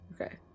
Okay